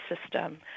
system